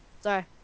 Sorry